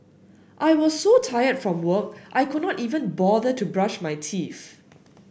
I was so tired from work I could not even bother to brush my teeth